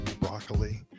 broccoli